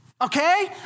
okay